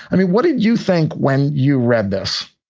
i mean, what did you think when you read this?